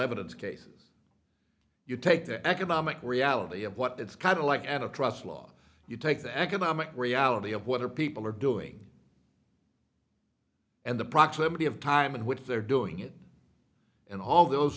evidence cases you take the economic reality of what it's kind of like out of trust law you take the economic reality of what are people are doing and the proximity of time in which they're doing it and all those